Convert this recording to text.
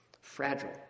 fragile